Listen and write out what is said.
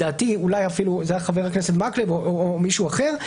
אולי אפילו חבר הכנסת מקלב או מישהו אחר,